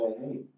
hey